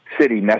city